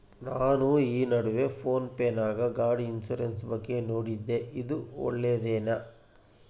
ನಾನು ಈ ನಡುವೆ ಫೋನ್ ಪೇ ನಾಗ ಗಾಡಿ ಇನ್ಸುರೆನ್ಸ್ ಬಗ್ಗೆ ನೋಡಿದ್ದೇ ಇದು ಒಳ್ಳೇದೇನಾ?